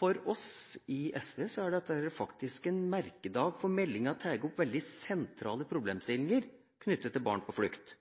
For oss i SV er dette faktisk en merkedag, for meldinga tar opp veldig sentrale problemstillinger knyttet til barn på flukt